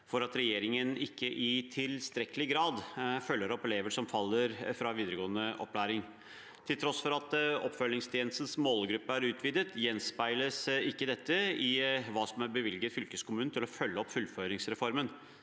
for at regjeringen ikke i tilstrekkelig grad følger opp elever som faller fra videregående opplæring. Til tross for at oppfølgingstjenestens målgruppe er utvidet, gjenspeiles ikke dette i hva som er bevilget fylkeskommunene til å følge opp fullføringsreformen.